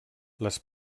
les